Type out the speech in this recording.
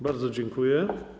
Bardzo dziękuję.